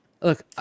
look